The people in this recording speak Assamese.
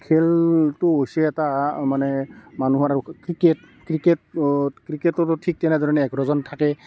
খেলটো হৈছে এটা মানে মানুহৰ ক্ৰিকেট ক্ৰিকেট ক্ৰিকেটৰো ঠিক তেনেধৰণে এঘাৰজন থাকে